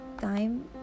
time